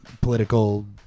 political